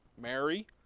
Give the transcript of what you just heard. Mary